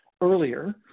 earlier